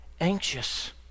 anxious